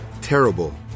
Terrible